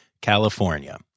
California